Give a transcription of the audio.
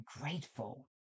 grateful